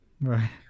Right